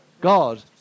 God